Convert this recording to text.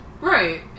Right